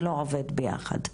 זה לא עובד ביחד.